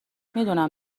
میدونم